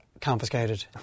confiscated